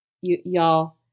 y'all